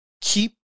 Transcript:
keep